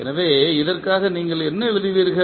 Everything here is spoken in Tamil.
எனவே இதற்காக நீங்கள் என்ன எழுதுவீர்கள்